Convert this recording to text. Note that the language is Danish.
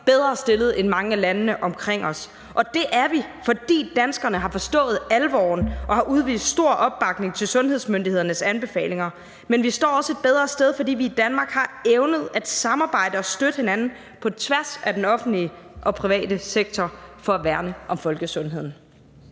bedre stillet end mange af landene omkring os. Det er vi, fordi danskerne har forstået alvoren og har givet stor opbakning til sundhedsmyndighedernes anbefalinger. Men vi står også et bedre sted, fordi vi i Danmark har evnet at samarbejde og støtte hinanden på tværs af den offentlige og den private sektor for at værne om folkesundheden.